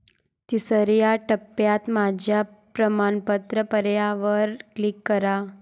तिसर्या टप्प्यात माझ्या प्रमाणपत्र पर्यायावर क्लिक करा